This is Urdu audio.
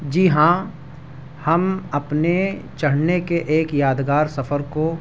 جی ہاں ہم اپنے چڑھنے کے ایک یادگار سفر کو